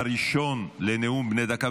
והראשון לנאום בני דקה,